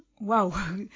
wow